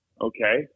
Okay